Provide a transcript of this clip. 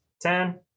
Ten